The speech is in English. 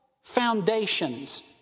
foundations